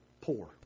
poor